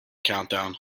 countdown